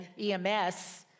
EMS